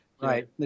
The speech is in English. Right